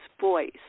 voice